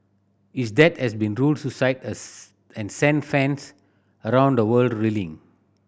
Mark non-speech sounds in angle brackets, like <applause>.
his death has been <unintelligible> suicide <unintelligible> and sent fans around the world reeling